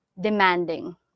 demanding